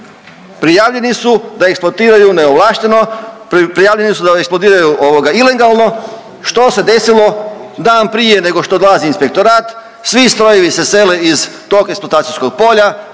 Prijavljeni su da eksploatiraju neovlašteno, prijavljeni su da eksploatiraju ovoga, ilegalno, što se desilo dan prije nego što dolazi Inspektorat? Svi strojevi se sele iz tog eksploatacijskog polja,